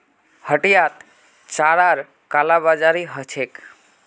हटियात चारार कालाबाजारी ह छेक